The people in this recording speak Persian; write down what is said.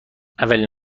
اولین